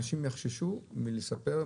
אנשים יחששו מלספר,